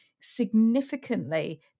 significantly